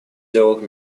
диалог